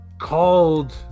called